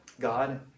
God